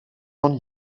sans